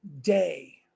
day